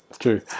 True